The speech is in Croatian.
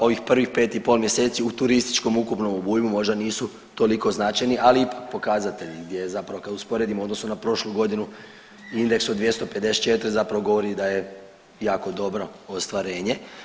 Ovih prvih 5,5 mjeseci u turističkom ukupnom obujmu možda nisu toliko značajni, ali ipak, pokazatelji gdje je zapravo, kad usporedimo u odnosu na prošlu godinu, indeks od 254 zapravo govori da je jako dobro ostvarenje.